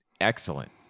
excellent